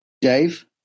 Dave